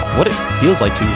what it feels like